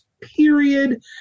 period